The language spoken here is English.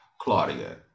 Claudia